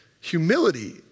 Humility